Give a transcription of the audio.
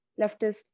Leftist